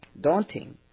daunting